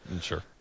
Sure